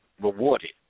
rewarded